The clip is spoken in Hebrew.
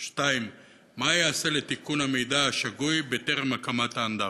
2. מה ייעשה לתיקון המידע השגוי בטרם הקמת האנדרטה?